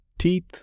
Teeth